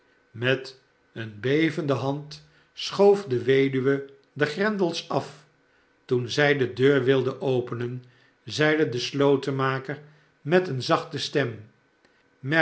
met eene bevende hand schoof de weduwe de grendels af toen zij de deur wilde openen zeide de slotenmaker met eene zachte stem